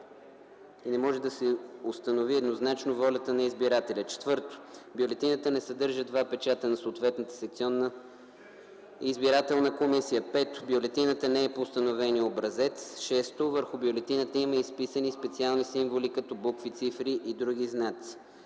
и не може да се установи еднозначно волята на избирателя; 4. бюлетината не съдържа два печата на съответната секционна избирателна комисия; 5. бюлетината не е по установения образец; 6. върху бюлетината има изписани специални символи като букви, цифри или други знаци.